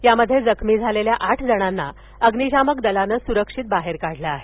यामध्ये जखमी झालेल्या आठ जणांना अग्नीशामक दलानं स्रक्षित बाहेर काढलं आहे